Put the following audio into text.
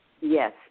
Yes